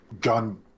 Gun